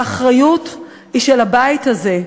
האחריות היא של הבית הזה.